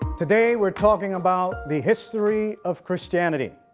today we're talking about the history of christianity.